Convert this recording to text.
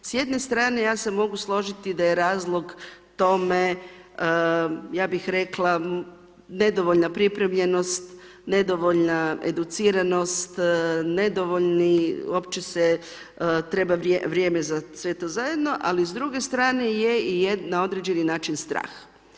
S jedne strane, ja se mogu složiti da je razlog tome, ja bih rekla, nedovoljna pripremljenost, nedovoljna educiranost, nedovoljni, opće se treba vrijeme za to sve zajedno, ali s druge strane je i na određeni način strah.